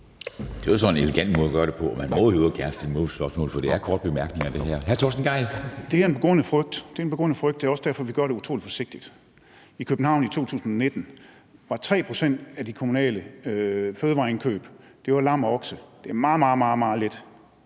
Det er en begrundet frygt, og det er også derfor, at vi gør det utrolig forsigtigt. I København i 2019 var 3 pct. af de kommunale fødevareindkøb lam og okse. Det er meget, meget lidt, men